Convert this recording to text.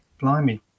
blimey